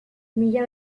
mila